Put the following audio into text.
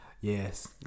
Yes